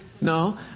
No